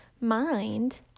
mind